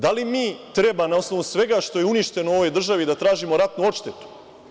Da li mi treba na osnovu svega što je uništeno u ovoj državi da tražimo ratnu odštetu?